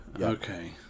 Okay